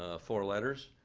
ah four letters.